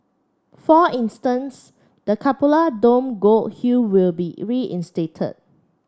for instance the cupola dome gold hue will be reinstated